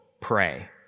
pray